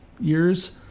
years